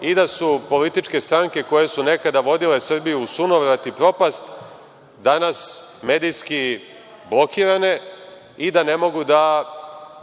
i da su političke stranke koje su nekada vodile Srbiju u sunovrat i propast danas medijski blokirane i da ne mogu da